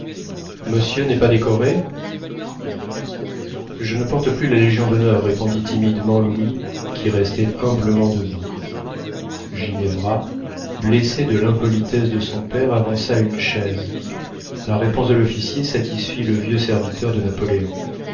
monsieur n'est pas décoré je ne porte plus la légion-d'honneur répondit timidement louis qui restait humblement debout ginevra blessée de l'impolitesse de son père avança une chaise la réponse de l'officier satisfit le vieux serviteur de napoléon